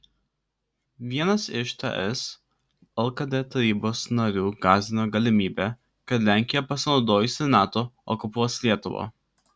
vienas iš ts lkd tarybos narių gąsdino galimybe kad lenkija pasinaudojusi nato okupuos lietuvą